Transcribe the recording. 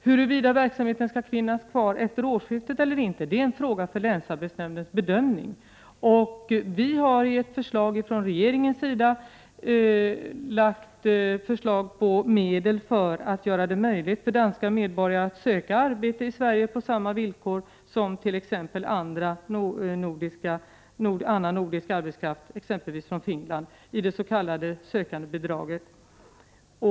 Huruvida verksamheten skall finnas kvar efter årsskiftet eller ej är en fråga som skall bedömas av länsarbetsnämnden. Regeringen har ju lagt fram förslag om anslag för att göra det möjligt för danska medborgare att söka arbete i Sverige på samma villkor som annan nordisk arbetskraft, t.ex. arbetskraft från Finland. Det gäller det s.k. sökandebidraget.